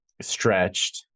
stretched